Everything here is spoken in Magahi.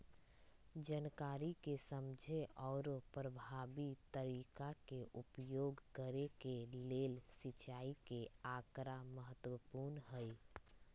जनकारी के समझे आउरो परभावी तरीका के उपयोग करे के लेल सिंचाई के आकड़ा महत्पूर्ण हई